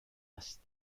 است